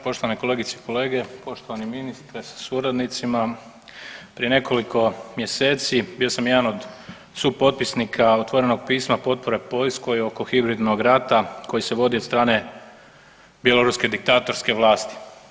Poštovane kolegice i kolege, poštovani ministre sa suradnicima prije nekoliko mjeseci bio sam jedan od supotpisnika otvorenog pisma potpore Poljskoj oko hibridnog rata koji se vodi od strane bjeloruske diktatorske vlasti.